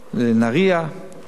ל"נהרייה" יש.